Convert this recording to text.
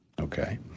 okay